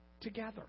together